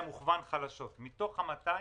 מוכוון לרשויות חלשות 185 מיליון שקלים מתוך ה-200